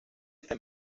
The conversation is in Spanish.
está